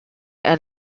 are